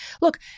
look